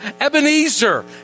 Ebenezer